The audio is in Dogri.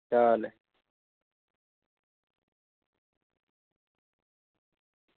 चाल